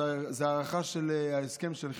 זו הארכה של ההסכם של כיל,